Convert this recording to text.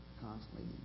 constantly